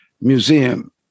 museum